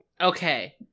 Okay